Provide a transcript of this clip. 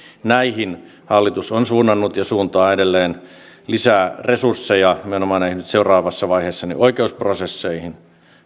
näihin hallitus on suunnannut ja suuntaa edelleen lisää resursseja nimenomaan seuraavassa vaiheessa näihin oikeusprosesseihin